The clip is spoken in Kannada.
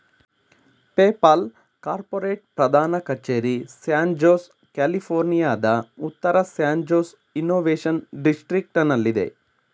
ಪೇಪಾಲ್ ಕಾರ್ಪೋರೇಟ್ ಪ್ರಧಾನ ಕಚೇರಿ ಸ್ಯಾನ್ ಜೋಸ್, ಕ್ಯಾಲಿಫೋರ್ನಿಯಾದ ಉತ್ತರ ಸ್ಯಾನ್ ಜೋಸ್ ಇನ್ನೋವೇಶನ್ ಡಿಸ್ಟ್ರಿಕ್ಟನಲ್ಲಿದೆ